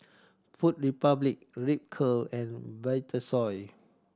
Food Republic Ripcurl and Vitasoy